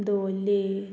दवल्ले